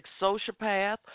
sociopath